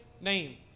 name